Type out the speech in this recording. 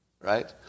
Right